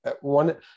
one